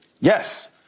Yes